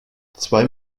zwei